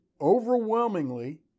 Overwhelmingly